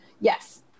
Yes